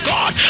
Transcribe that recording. God